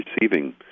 receiving